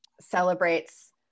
celebrates